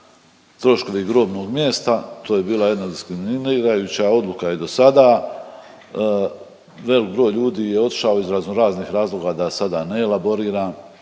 troškovi grobnog mjesta, to je bila jedna diskriminirajuća odluka i do sada, velik broj ljudi je otišao iz raznoraznih razloga, da sada ne elaboriram,